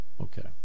Okay